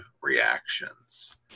reactions